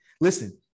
listen